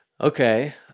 okay